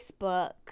Facebook